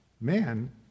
man